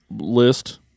List